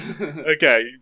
Okay